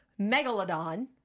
Megalodon